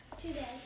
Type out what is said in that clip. today